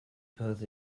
both